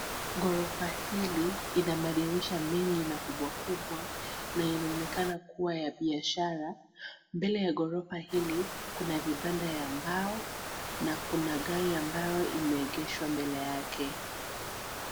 Ghorofa hili ina madirisha mengi na kubwa kubwa na inaonekana kuwa ya biashara. Mbele ya ghorofa hili, kuna vibanda ya mbao na kuna gari ambayo imeegeshwa mbele yake.